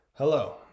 Hello